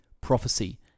prophecy